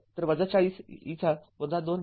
तर ४० e २t६ आहे